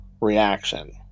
reaction